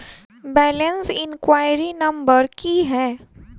Balance enquiry number की है?